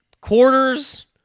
quarters